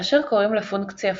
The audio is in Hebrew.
כאשר קוראים לפונקציה foo,